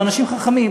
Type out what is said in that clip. הם אנשים חכמים.